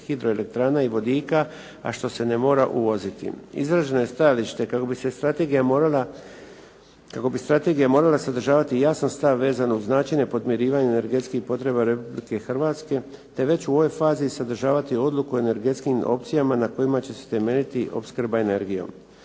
hidroelektrana i vodika a što se ne mora uvoziti. Izraženo je stajalište kako bi strategija morala sadržavati jasan stav vezan uz načine podmirivanja energetskih potreba Republike Hrvatske te već u ovoj fazi sadržavati odluku o energetskim opcijama na kojima će se temeljiti opskrba energijom.